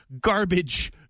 garbage